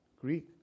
Greek